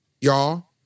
y'all